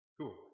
Cool